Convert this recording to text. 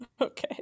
Okay